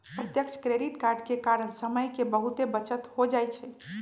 प्रत्यक्ष क्रेडिट के कारण समय के बहुते बचत हो जाइ छइ